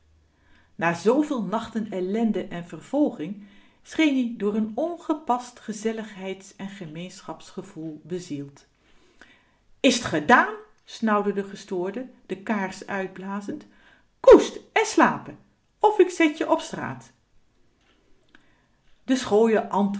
na zooveel nachten ellende en vervolging scheenie door n ongepast gezelligheids en gemeenschapsgevoel bezield is t gedaan snauwde de gestoorde de kaars uitblazend koescht en slapen of k zet je op straat de